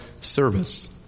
service